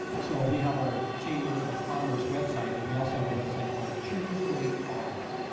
so we have our chamber of commerce website, but we also have a website called choose great falls.